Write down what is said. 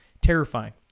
Terrifying